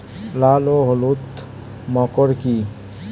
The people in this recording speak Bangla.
লাল ও হলুদ মাকর কী?